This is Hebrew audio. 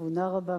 בתבונה רבה,